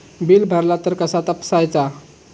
Bill भरला तर कसा तपसायचा?